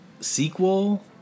sequel